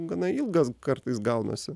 gana ilgas kartais gaunasi